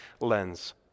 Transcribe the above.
lens